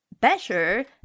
better